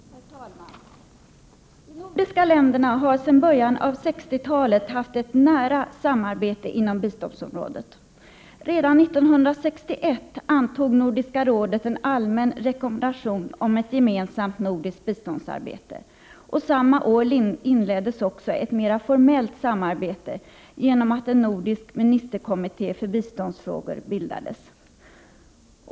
Herr talman! De nordiska länderna har sedan början av 1960-talet haft ett nära samarbete inom biståndsområdet. Redan 1961 antog Nordiska rådet en allmän rekommendation om ett gemensamt nordiskt biståndsarbete, och samma år inleddes också ett mera formellt samarbete genom att en nordisk ministerkommitté för biståndsfrågor bildades.